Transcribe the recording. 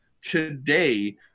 today